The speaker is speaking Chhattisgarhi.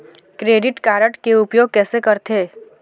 क्रेडिट कारड के उपयोग कैसे करथे?